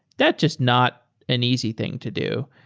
that's just not an easy thing to do.